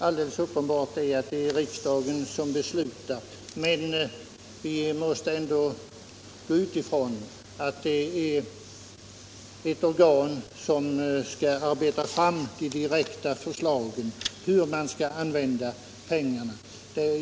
Alldeles uppenbart är att det är riksdagen som beslutar, men vi måste utgå ifrån att socialstyrelsen är det organ som skall arbeta fram de direkta förslagen om hur man skall använda pengarna.